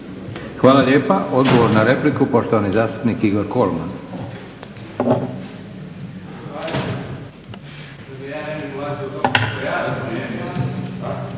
Hvala lijepa. Odgovor na repliku poštovani zastupnik Igor Kolman.